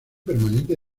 permanente